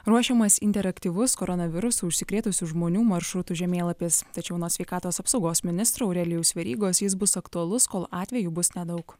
ruošiamas interaktyvus koronavirusu užsikrėtusių žmonių maršrutų žemėlapis tačiau anot sveikatos apsaugos ministro aurelijaus verygos jis bus aktualus kol atvejų bus nedaug